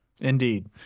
Indeed